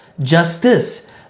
justice